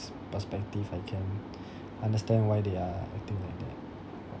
perspective I can understand why they are acting like that